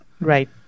right